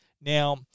Now